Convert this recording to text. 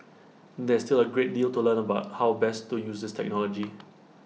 there is still A great deal to learn about how best to use this technology